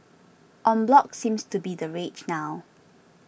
en bloc seems to be the rage now